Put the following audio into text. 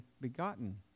begotten